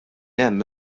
hemm